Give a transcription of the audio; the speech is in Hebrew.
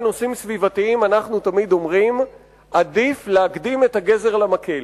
בנושאים סביבתיים אנחנו אומרים תמיד שעדיף להקדים את הגזר למקל.